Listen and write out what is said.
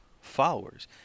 followers